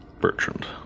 Bertrand